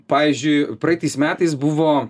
pavyzdžiui praeitais metais buvo